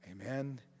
Amen